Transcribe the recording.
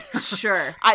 Sure